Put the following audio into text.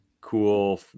cool